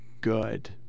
good